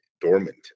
dormant